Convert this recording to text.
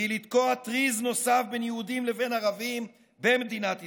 והיא לתקוע טריז נוסף בין יהודים לבין ערבים במדינת ישראל,